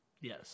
Yes